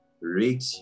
rich